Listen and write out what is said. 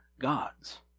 God's